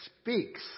speaks